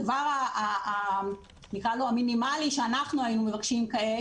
הדבר המינימלי שאנחנו היינו מבקשים כעת